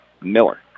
Miller